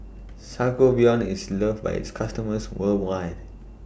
Sangobion IS loved By its customers worldwide